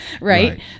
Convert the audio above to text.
Right